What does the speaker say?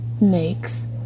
makes